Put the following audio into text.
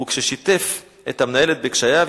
וכששיתף את המנהלת בקשייו,